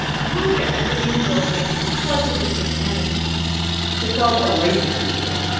you'll get equity in the building. plus, you'll be paid some management fees it's called a licensing deal.